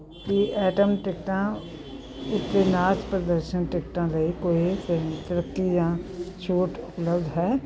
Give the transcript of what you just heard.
ਕੀ ਐਟਮ ਟਿਕਟਾਂ ਉੱਤੇ ਨਾਚ ਪ੍ਰਦਰਸ਼ਨ ਟਿਕਟਾਂ ਲਈ ਕੋਈ ਤਰੱਕੀ ਜਾਂ ਛੋਟ ਉਪਲਬਧ ਹੈ